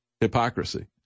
hypocrisy